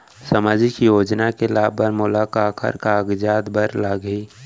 सामाजिक योजना के लाभ बर मोला काखर कागजात बर लागही?